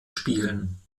spielen